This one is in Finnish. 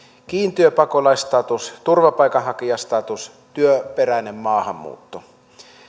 kiintiöpakolaisstatus turvapaikanhakijastatus työperäinen maahanmuutto